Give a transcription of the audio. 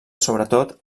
sobretot